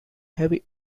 heavily